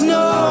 no